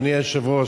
אדוני היושב-ראש,